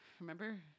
Remember